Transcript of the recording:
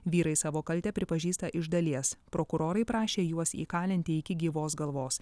vyrai savo kaltę pripažįsta iš dalies prokurorai prašė juos įkalinti iki gyvos galvos